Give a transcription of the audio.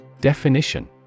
Definition